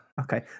Okay